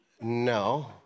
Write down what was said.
No